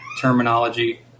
terminology